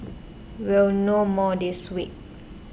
we'll know more this week